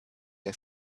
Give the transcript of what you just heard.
der